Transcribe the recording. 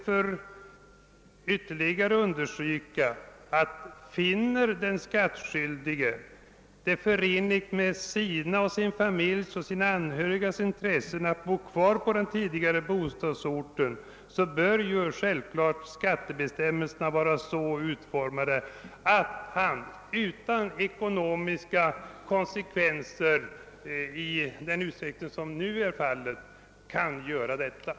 Jag vill också understryka att om den skattskyldige finner det förenligt med sina egna och sina anhörigas intressen att bo kvar på den tidigare bostadsorten, så bör skattebestämmelserna vara så utformade att han har möjlighet att göra det utan de ekonomiska konsekvenser som detta nu kan medföra.